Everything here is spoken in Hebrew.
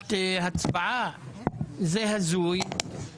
שעת הצבעה זה הזוי.